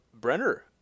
Brenner